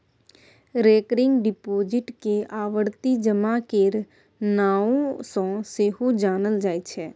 recurring deposit केँ आवर्ती जमा केर नाओ सँ सेहो जानल जाइ छै